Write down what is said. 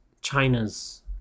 China's